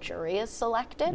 jury is selected